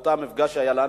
באותו מפגש שהיה לנו: